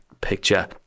picture